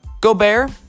Gobert